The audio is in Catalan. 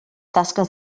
tasques